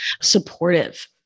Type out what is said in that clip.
supportive